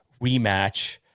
rematch